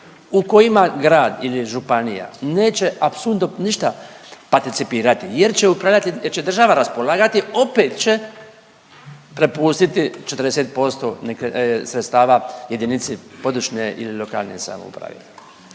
u kojima grad ili županija neće apsolutno ništa participirati jer će upravljati, jer će država raspolagati opet će prepustiti 40% sredstava jedinici, područnoj ili lokalnoj samoupravi.